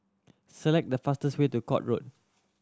select the fastest way to Court Road